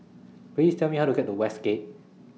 Please Tell Me How to get to Westgate